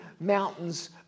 mountains